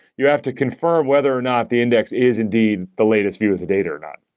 you have to confirm whether or not the index is indeed the latest view of the data or not.